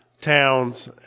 Towns